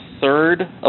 third